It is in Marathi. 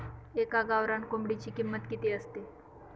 एका गावरान कोंबडीची किंमत किती असते?